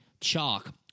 Chalk